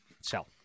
sell